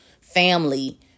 family